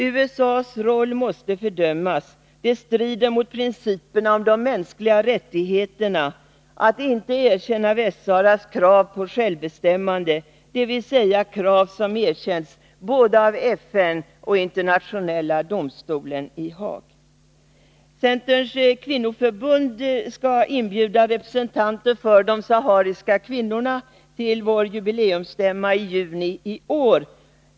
USA:s roll måste fördömas-— det strider mot principerna om de mänskliga rättigheterna att inte erkänna Västra Saharas krav på självbestämmande, dvs. krav som erkänts av både FN och Internationella domstolen i Haag. Centerns kvinnoförbund skall inbjuda representanter för de sahariska kvinnorna till vår jubileumsstämma i juni i år.